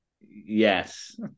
Yes